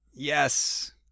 Yes